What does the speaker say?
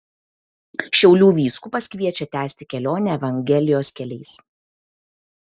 šiaulių vyskupas kviečia tęsti kelionę evangelijos keliais